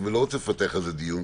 ואני לא רוצה לפתח על זה דיון,